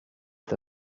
est